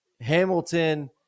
Hamilton